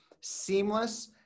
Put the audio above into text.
seamless